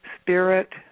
spirit